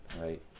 Right